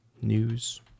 news